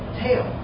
tail